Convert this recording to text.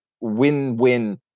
win-win